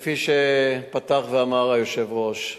כפי שפתח ואמר היושב-ראש,